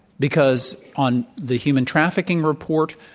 because on the human trafficking report,